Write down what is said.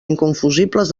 inconfusibles